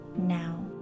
now